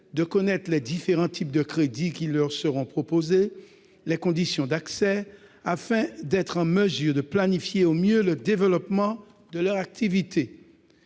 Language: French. connaissance des différents types de crédits qui leur seront proposés et des conditions d'accès à ces crédits, afin d'être en mesure de planifier au mieux le développement de leur activité.